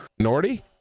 Nordy